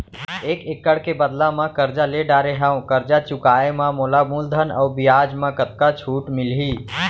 एक एक्कड़ के बदला म करजा ले डारे हव, करजा चुकाए म मोला मूलधन अऊ बियाज म कतका छूट मिलही?